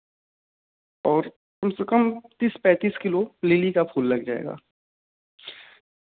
और उससे कम तीस पैतीस किलो लिली का फूल लग जाएगा